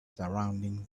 surrounding